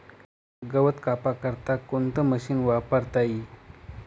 गवत कापा करता कोणतं मशीन वापरता ई?